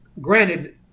granted